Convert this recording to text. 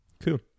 cool